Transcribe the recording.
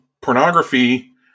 pornography